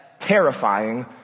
terrifying